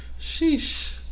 Sheesh